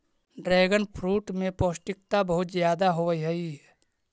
dragon fruit में पौष्टिकता बहुत ज्यादा होवऽ हइ